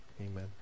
Amen